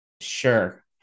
Sure